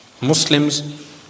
muslims